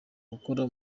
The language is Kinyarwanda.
gukora